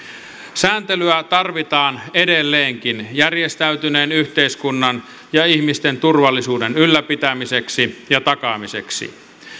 sääntelyä tarvitaan edelleenkin järjestäytyneen yhteiskunnan ja ihmisten turvallisuuden ylläpitämiseksi ja takaamiseksi